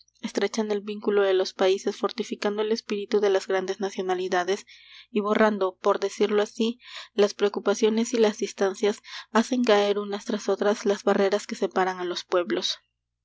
estrechan el vínculo de los países fortificando el espíritu de las grandes nacionalidades y borrando por decirlo así las preocupaciones y las distancias hacen caer unas tras otras las barreras que separan á los pueblos